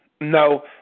No